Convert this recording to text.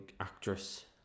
actress